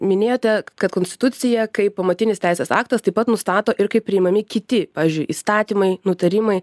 minėjote kad konstitucija kaip pamatinis teisės aktas taip pat nustato ir kaip priimami kiti pavyzdžiui įstatymai nutarimai